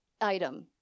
item